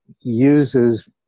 uses